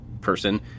person